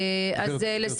מזרחי.